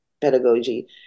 pedagogy